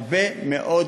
הרבה מאוד,